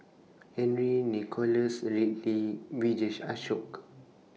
Henry Nicholas Ridley Vijesh Ashok